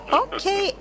okay